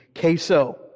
queso